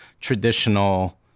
traditional